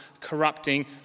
corrupting